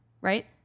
Right